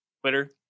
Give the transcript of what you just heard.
Twitter